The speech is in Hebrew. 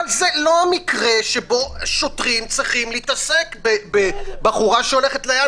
אבל זה לא המקרה שבו שוטרים צריכים להתעסק בבחורה שהולכת לים,